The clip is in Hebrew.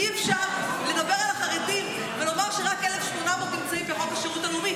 אי-אפשר לדבר על החרדים ולומר שרק 1,800 נמצאים בחוק השירות הלאומי,